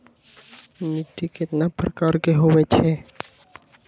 मिट्टी कतना प्रकार के होवैछे?